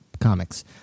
comics